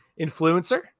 influencer